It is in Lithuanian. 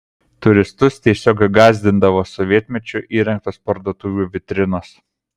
turistus tiesiog gąsdindavo sovietmečiu įrengtos parduotuvių vitrinos